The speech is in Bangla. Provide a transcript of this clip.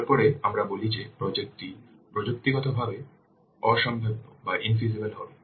তারপরে আমরা বলি যে প্রজেক্ট টি প্রযুক্তিগতভাবে অসম্ভাব্য হবে